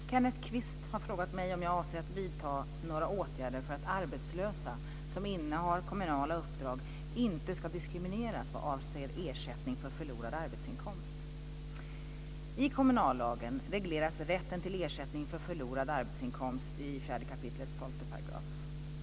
Fru talman! Kenneth Kvist har frågat mig om jag avser att vidta några åtgärder för att arbetslösa som innehar kommunala uppdrag inte ska diskrimineras vad avser ersättning för förlorad arbetsinkomst. I kommunallagen regleras rätten till ersättning för förlorad arbetsinkomst i 4 kap. 12 §.